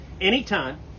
anytime